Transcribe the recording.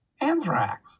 anthrax